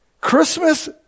Christmas